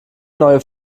neue